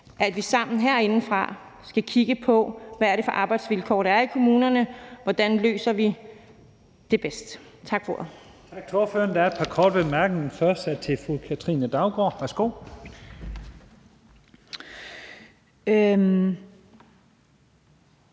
at vi sammen herindefra skal kigge på, hvad det er for arbejdsvilkår, der er i kommunerne, og hvordan vi bedst løser det. Tak for